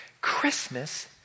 Christmas